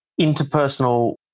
interpersonal